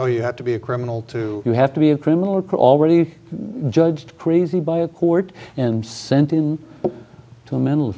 or you have to be a criminal to you have to be a criminal court already judged crazy by a court and sent him to a mental